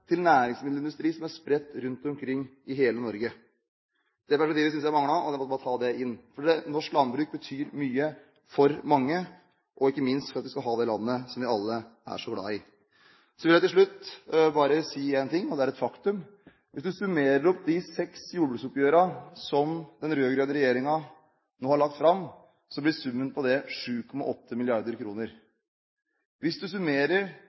en næringsmiddelindustri som er spredt rundt omkring i hele Norge. Det var bare det jeg synes manglet, og jeg ville bare ta det med. Norsk landbruk betyr mye for mange, og ikke minst for at vi skal ha det landet som vi alle er så glade i. Så vil jeg til slutt bare si én ting, og det er et faktum: Hvis vi summerer opp de seks jordbruksoppgjørene som den rød-grønne regjeringen har lagt fram, blir summen 7,8 mrd. kr. Hvis en summerer